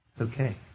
okay